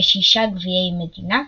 בשישה גביעי מדינה,